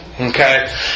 Okay